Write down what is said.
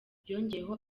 yongeyeho